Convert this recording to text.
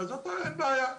בעיה,